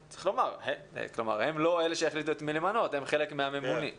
הם לא אלה שיחליטו את מי למנות, הם חלק ממי שמונה.